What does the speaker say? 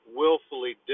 willfully